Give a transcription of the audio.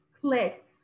click